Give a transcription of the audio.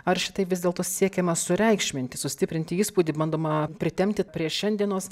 ar šitaip vis dėlto siekiama sureikšminti sustiprinti įspūdį bandoma pritempti prie šiandienos